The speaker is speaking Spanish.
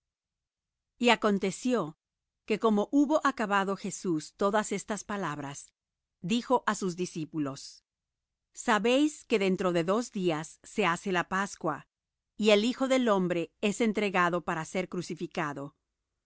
y acontecio que como hubo acabado jesús todas estas palabras dijo á sus discípulos sabéis que dentro de dos días se hace la pascua y el hijo del hombre es entregado para ser crucificado